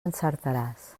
encertaràs